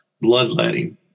bloodletting